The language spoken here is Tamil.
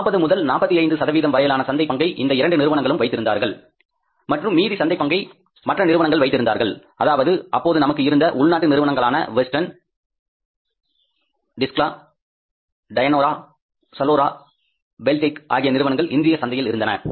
40 முதல் 45 சதவீதம் வரையிலான சந்தைப் பங்கை இந்த இரண்டு நிறுவனங்களும் வைத்திருந்தார்கள் மற்றும் மீதி சந்தைப் பங்கை மற்ற நிறுவனங்கள் வைத்திருந்தார்கள் அதாவது அப்போது நமக்கு இருந்த உள்நாட்டு நிறுவனங்களான வெஸ்டர்ன் டெஸ்க்ல டயனோரா சலோர பெல்டெக் ஆகிய நிறுவனங்கள் இந்திய சந்தையில் இருந்தன